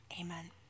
Amen